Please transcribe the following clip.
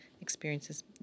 experiences